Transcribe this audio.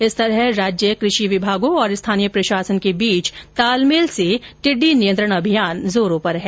इस तरह राज्य कृषि विभागों और स्थानीय प्रशासन के बीच तालमेल से टिड्डी नियंत्रण अभियान जारों पर है